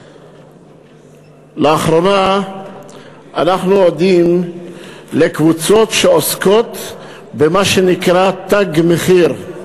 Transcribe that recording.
לאחרונה אנחנו עדים לקבוצות שעוסקות במה שנקרא "תג מחיר",